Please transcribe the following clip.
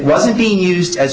wasn't being used as